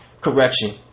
correction